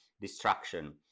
destruction